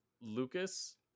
Lucas